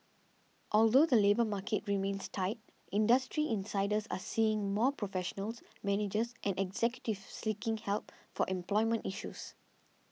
although the labour market remains tight industry insiders are seeing more professionals managers and executives sleeking help for employment issues